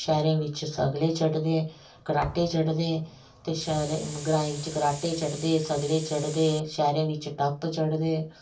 शैह्रें बिच सगले चढ़दे कडाह्टे चढ़दे ते शैह्रें ई ग्रांऽ बिच कडाह्टे चढ़दे सगले चड़दे शैह्रें बिच टप चढ़दे